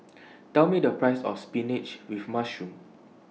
Tell Me The Price of Spinach with Mushroom